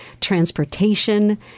transportation